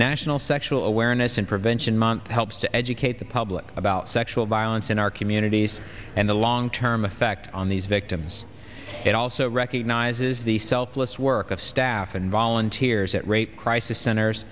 national sexual awareness and prevention month helps to educate the public about sexual violence in our communities and the long term effect on these victims it also recognizes the selfless work of staff and volunteers at rape crisis centers